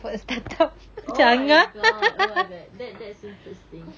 oh my god oh my god that that is interesting